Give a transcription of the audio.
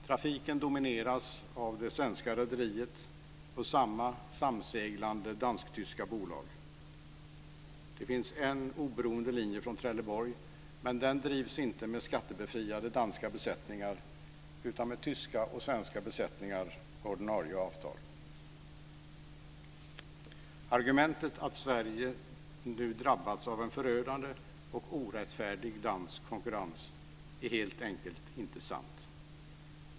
Trafiken domineras av det svenska rederiet och samma samseglande dansk-tyska bolag. Det finns en oberoende linje från Trelleborg, men den drivs inte med skattebefriade danska besättningar utan med tyska och svenska besättningar på ordinarie avtal. Argumentet att Sverige nu drabbats av en förödande och orättfärdig dansk konkurrens är helt enkelt inte sant.